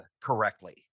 correctly